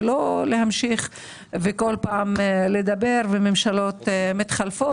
ולא להמשיך וכל פעם לדבר וממשלות מתחלפות,